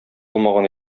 алмаган